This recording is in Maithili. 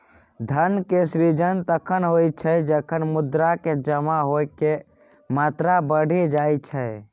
धन के सृजन तखण होइ छै, जखन मुद्रा के जमा होइके मात्रा बढ़ि जाई छै